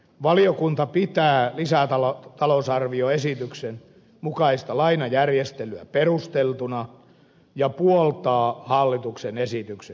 valiokunta pitää lisätalousarvioesityksen mukaista lainajärjestelyä perusteltuna ja puoltaa hallituksen esityksen hyväksymistä